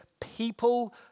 people